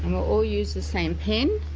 all use the same pen,